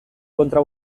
kontra